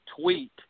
tweet